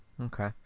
okay